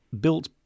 ...built